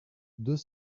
deux